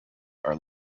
are